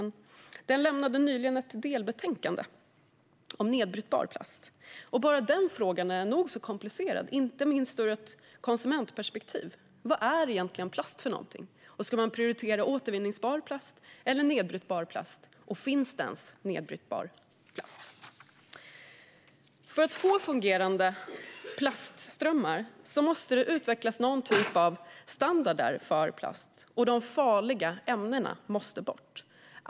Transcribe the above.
Utredningen lämnade nyligen ett delbetänkande om nedbrytbar plast. Bara den frågan är nog så komplicerad, inte minst ur ett konsumentperspektiv. Vad är egentligen plast? Ska man prioritera återvinningsbar plast eller nedbrytbar plast? Och finns det ens nedbrytbar plast? För att få fungerande plastströmmar måste det utvecklas någon typ av standarder för plast, och de farliga ämnena måste bort.